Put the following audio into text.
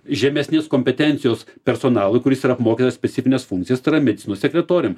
žemesnės kompetencijos personalui kuris yra apmokytas specifines funkcijas tai yra medicinos sekretoriam